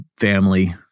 family